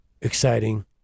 exciting